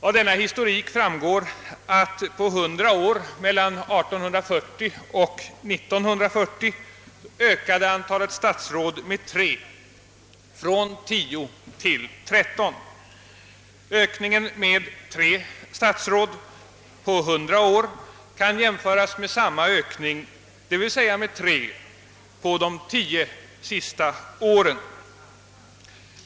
Av denna historik framgår att på 100 år, mellan 1840 och 1940, ökade antalet statsråd med tre, från 10 till 13. Ökningen på 100 år kan jämföras med samma ökning, d. v. s. med tre statsråd, under de 10 senaste åren.